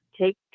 Take